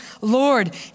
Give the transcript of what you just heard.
Lord